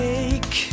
Take